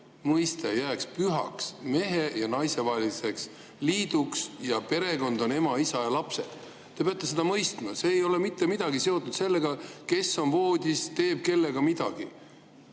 abielu jääks pühaks mehe ja naise vaheliseks liiduks ja perekond on ema, isa ja lapsed. Te peate seda mõistma. See ei ole mitte kuidagi seotud sellega, kes voodis kellega midagi